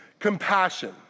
Compassion